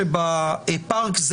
הדבר הזה לא השתנה לגבי הפעמיים הראשונות.